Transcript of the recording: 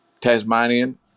Tasmanian